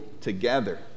together